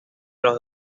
los